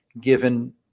given